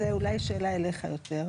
זה אולי שאלה אליך יותר,